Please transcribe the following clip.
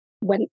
went